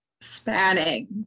spanning